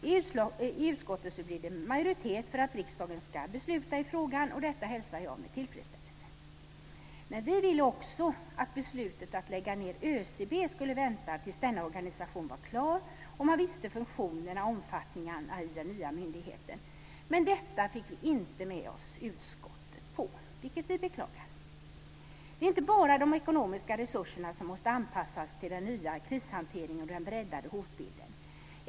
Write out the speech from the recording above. I utskottet blev det majoritet för att riksdagen ska besluta i frågan, och detta hälsar jag med tillfredsställelse. Men vi ville också att beslutet att lägga ned ÖCB skulle vänta tills denna organisation var klar och man kände till funktionerna i och omfattningen av den nya myndigheten. Detta fick vi dock inte med oss utskottet på, vilket vi beklagar. Det är inte bara de ekonomiska resurserna som måste anpassas till den nya krishanteringen och den breddade hotbilden.